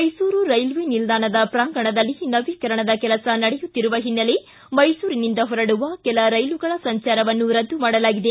Mysuru railway ನಿಲ್ದಾಣದ ಪ್ರಾಂಗಣದಲ್ಲಿ ನವೀಕರಣದ ಕೆಲಸ ನಡೆಯುತ್ತಿರುವ ಹಿನ್ನೆಲೆ ಮೈಸೂರಿನಿಂದ ಹೊರಡುವ ಕೆಲ ರೈಲುಗಳ ಸಂಚಾರವನ್ನು ರದ್ದು ಮಾಡಲಾಗಿದೆ